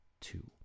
two